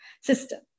system